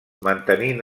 mantenint